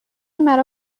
مرا